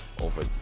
Over